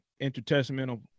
intertestamental